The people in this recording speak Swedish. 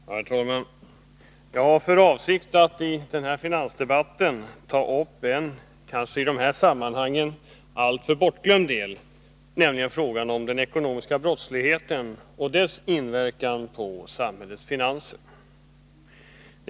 Herr talman! Jag har för avsikt att i denna finansdebatt ta upp en i dessa sammanhang alltför bortglömd del, nämligen frågan om den ekonomiska brottsligheten och dess inverkan på samhällets finanser.